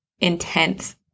intense